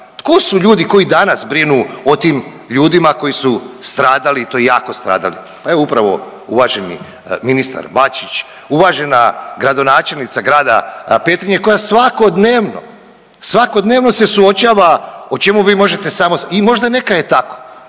Tko su ljudi koji danas brinu o tim ljudima koji su stradali i to jako stradali, pa evo upravo uvaženi ministar Bačić, uvažena gradonačelnica Grada Petrinje koja svakodnevno, svakodnevno se suočava o čemu vi možete samo i možda neka je tako,